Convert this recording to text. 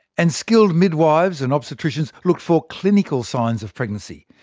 and skilled midwives and obstetricians looked for clinical signs of pregnancy.